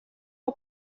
for